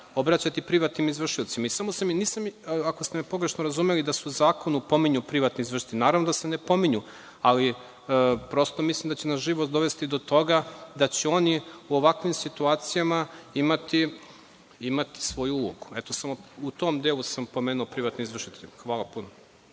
obraćati privatnim izvršiocima. Ako ste me pogrešno razumeli, da se u zakonu pominju privatni izvršitelji. Naravno da se ne pominju, ali prosto mislim da će nas život dovesti do toga da će oni u ovakvim situacijama imati svoju ulogu. Eto, samo u tom delu sam pomenuo privatne izvršitelje. Hvala puno.